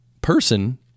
person